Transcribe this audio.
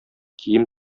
кием